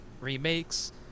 remakes